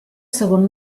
segon